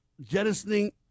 jettisoning